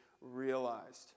realized